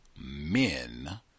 men